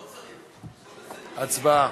הצבעה.